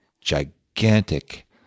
gigantic